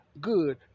good